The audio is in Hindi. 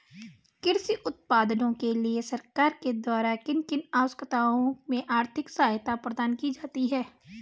कृषि उत्पादन के लिए सरकार के द्वारा किन किन अवस्थाओं में आर्थिक सहायता प्रदान की जाती है?